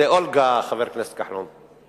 זה אולגה, חבר הכנסת כחלון.